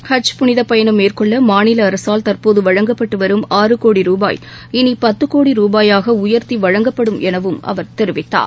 ஹஜ் புனிதப் பயணம் மேற்கொள்ள மாநில அரசால் தற்போது வழங்கப்பட்டு வரும் ஆறு கோடி ரூபாய் இனி பத்து கோடி ரூபாயாக உயர்த்தி வழங்கப்படும் எனவும் அவர் தெரிவித்தார்